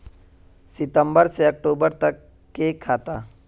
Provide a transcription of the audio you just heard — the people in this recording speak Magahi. सितम्बर से अक्टूबर तक के खाता?